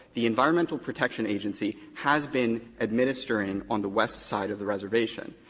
the environmental protection agency has been administering on the west side of the reservation,